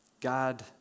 God